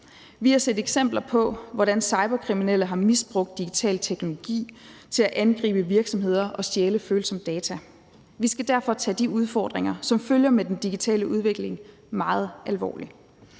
Vi har set eksempler på, at cyberkriminelle har misbrugt digital teknologi til at angribe virksomheder og stjæle følsomme data. Vi skal derfor tage de udfordringer, som følger med den digitale udvikling, meget alvorligt.